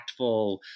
impactful